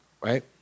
right